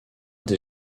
des